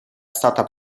stata